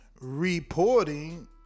reporting